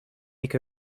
take